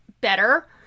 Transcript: better